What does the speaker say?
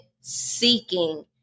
seeking